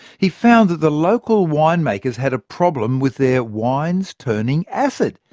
he found that the local winemakers had a problem with their wines turning acid.